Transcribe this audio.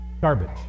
garbage